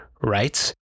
right